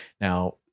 now